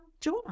join